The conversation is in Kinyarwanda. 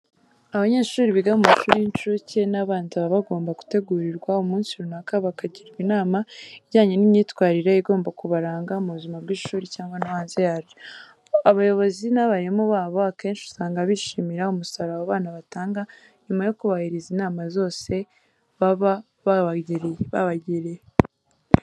Abanyeshuri biga mu mashuri y'incuke n'abanza baba bagomba gutegurirwa umunsi runaka bakagirwa inama ijyanye n'imyitwarire igomba kubaranga mu buzima bw'ishuri cyangwa no hanze yaryo. Abayobozi n'abarimu babo akenshi usanga bishimira umusaruro aba bana batanga nyuma yo kubahiriza inama zose baba babagiriye.